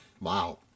wow